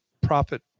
profit